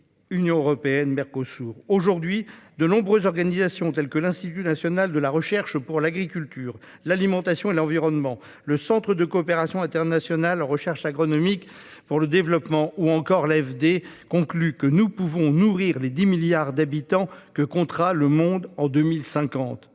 l'Union européenne. Aujourd'hui, de nombreuses organisations telles que l'Institut national de recherche pour l'agriculture, l'alimentation et l'environnement (Inrae), le Centre de coopération internationale en recherche agronomique pour le développement (Cirad), ou encore l'Agence française de développement (AFD) concluent que nous pourrons nourrir les 10 milliards d'habitants que comptera le monde en 2050.